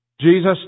Jesus